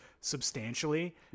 substantially